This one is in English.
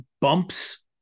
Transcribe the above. bumps